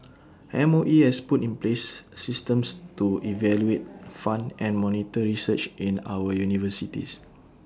M O E has put in place systems to evaluate fund and monitor research in our universities